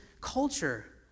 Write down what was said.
culture